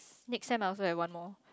next I also have one more